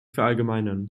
verallgemeinern